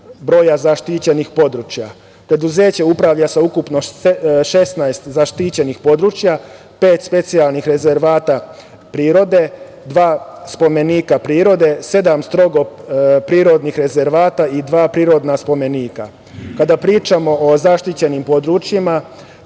broja zaštićenih područja. Preduzeće upravlja sa ukupno 16 zaštićenih područja, pet specijalnih rezervata prirode, dva spomenika prirode, sedam strogo prirodnih rezervata i dva prirodna spomenika. Kada pričamo o zaštićenim područjima